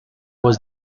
was